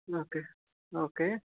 okay okay